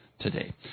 today